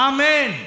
Amen